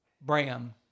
Bram